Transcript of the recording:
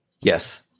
Yes